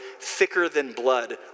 thicker-than-blood